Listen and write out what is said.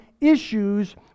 issues